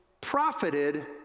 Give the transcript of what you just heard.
profited